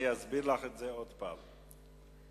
אסביר לך עוד הפעם.